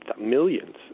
millions